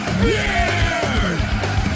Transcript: Beer